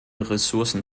ressourcen